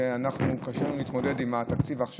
וקשה לנו להתמודד עכשיו עם התקציב,